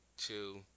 Two